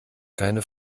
keine